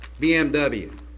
BMW